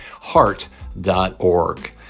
heart.org